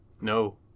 no